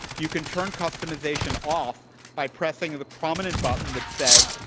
you can turn customization off by pressing the prominent button that says,